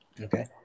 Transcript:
Okay